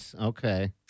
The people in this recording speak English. Okay